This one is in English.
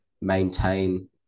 maintain